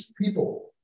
people